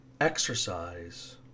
exercise